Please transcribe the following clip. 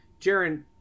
Jaron